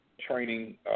training